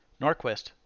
Norquist